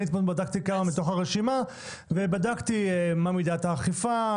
אני אתמול בדקתי כמה מתוך הרשימה ובדקתי מה מידת האכיפה.